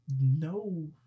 No